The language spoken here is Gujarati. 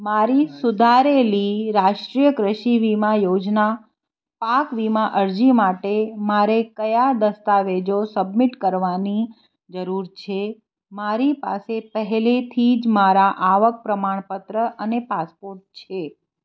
મારી સુધારેલી રાષ્ટ્રીય કૃષિ વીમા યોજના પાક વીમા અરજી માટે મારે કયા દસ્તાવેજો સબમિટ કરવાની જરૂર છે મારી પાસે પહેલેથી જ મારાં આવક પ્રમાણપત્ર અને પાસપોર્ટ છે